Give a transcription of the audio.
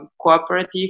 cooperative